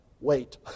Wait